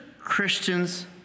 Christians